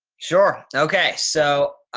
sure. okay. so,